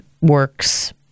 works